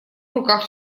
руках